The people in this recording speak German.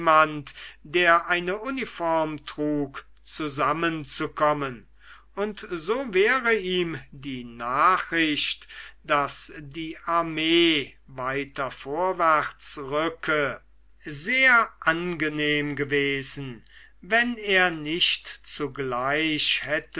der eine uniform trug zusammenzukommen und so wäre ihm die nachricht daß die armee weiter vorwärtsrücke sehr angenehm gewesen wenn er nicht zugleich